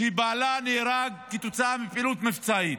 שבעלה נהרג כתוצאה מפעילות מבצעית.